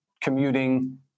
commuting